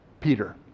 Peter